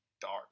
dark